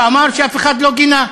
ואמר שאף אחד לא גינה.